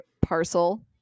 parcel